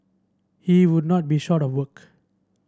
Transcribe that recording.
he would not be short of work